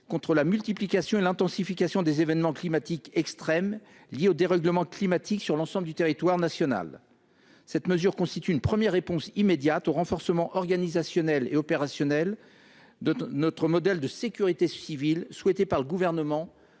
contre la multiplication et l'intensification des événements climatiques extrêmes liés au dérèglement climatique sur l'ensemble du territoire national. Une telle mesure constitue une première réponse immédiate au renforcement organisationnel et opérationnel de notre modèle de sécurité civile souhaité par le Gouvernement